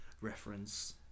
reference